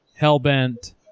Hellbent